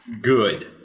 Good